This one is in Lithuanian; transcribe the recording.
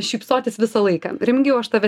šypsotis visą laiką jau aš tave